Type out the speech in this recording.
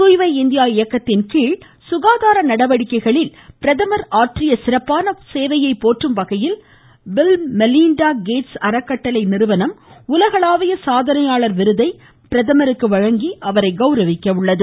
தூய்மை இந்தியா இயக்கத்தின் கீழ் சுகாதார நடவடிக்கைகளில் பிரதமர் ஆற்றிய சிறப்பான பங்கை போற்றும் வகையில் பில் மெலிண்டா கேட்ஸ் அறக்கட்டளை நிறுவனம் உலகளாவிய சாதனையாளர் விருதை அவருக்கு வழங்கி அவரை கௌரவிக்க உள்ளது